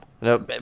no